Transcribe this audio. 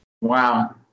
Wow